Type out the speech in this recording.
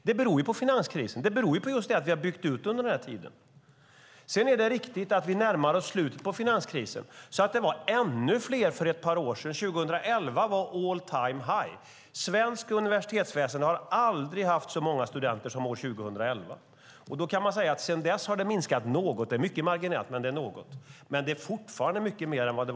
Det beror på finanskrisen och på att vi har byggt ut under den här tiden. Det är riktigt att vi närmar oss slutet av finanskrisen. Det var ännu fler för ett par år sedan. År 2011 var all time high. Svenskt universitetsväsen har aldrig haft så många studenter som år 2011. Sedan dess har antalet minskat något, men det är mycket marginellt. Och det är fortfarande många fler studenter än det var 2006.